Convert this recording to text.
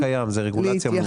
זה כבר קיים, זה רגולציה.